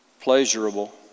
pleasurable